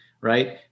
right